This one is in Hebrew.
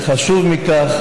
וחשוב מכך,